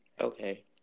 Okay